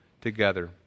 together